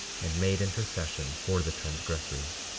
and made intercession for the transgressors.